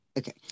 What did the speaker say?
Okay